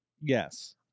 yes